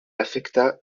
affecta